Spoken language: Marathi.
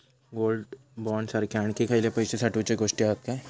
गोल्ड बॉण्ड सारखे आणखी खयले पैशे साठवूचे गोष्टी हत काय?